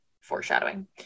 foreshadowing